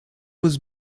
was